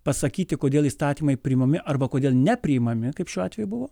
pasakyti kodėl įstatymai priimami arba kodėl nepriimami kaip šiuo atveju buvo